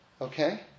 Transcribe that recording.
Okay